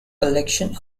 collection